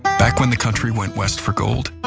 back when the country went west for gold.